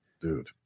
dude